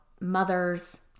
mothers